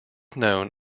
known